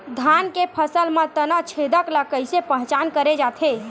धान के फसल म तना छेदक ल कइसे पहचान करे जाथे?